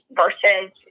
versus